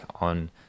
on